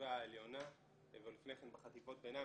בחטיבה העליונה ולפני כן בחטיבות ביניים,